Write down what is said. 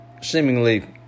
seemingly